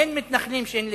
אין מתנחלים שהם לגיטימיים.